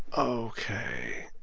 ok